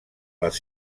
les